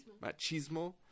Machismo